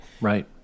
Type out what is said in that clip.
Right